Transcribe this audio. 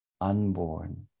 unborn